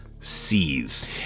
sees